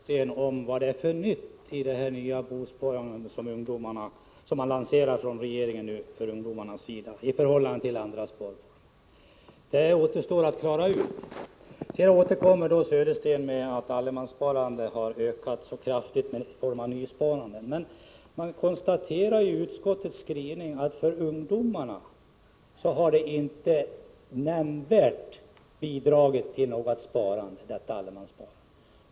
Herr talman! Jag har fortfarande inte fått något svar från Bo Södersten på frågan vad det är för nytt i det nya bosparandet för ungdomar, som regeringen lanserar — i förhållande till andra sparformer. Det återstår att klara ut. Sedan återkommer Bo Södersten med att nysparandet genom allemanssparandet har ökat mycket kraftigt. Men i utskottets skrivning konstateras att allemanssparandet inte nämnvärt har bidragit till ökat sparande bland ungdomarna.